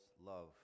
love